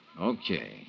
okay